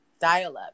dial-up